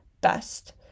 best